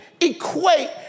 equate